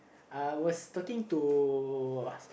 I was talking to